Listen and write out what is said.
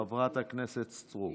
חברת הכנסת סטרוק.